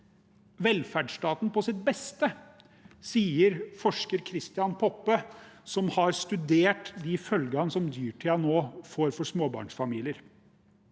Velferdsstaten på sitt beste, sier forsker Christian Poppe, som har studert de følgene som dyrtiden nå får for småbarnsfamilier.